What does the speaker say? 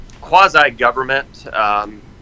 quasi-government